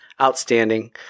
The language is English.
Outstanding